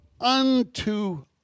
unto